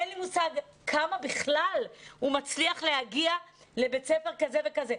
אין לי מושג כמה בכלל הוא מצליח להגיע לבית ספר כזה וכה,